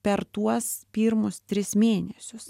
per tuos pirmus tris mėnesius